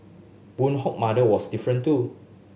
Boon Hock mother was different too